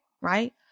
right